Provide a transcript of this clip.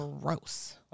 Gross